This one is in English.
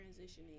transitioning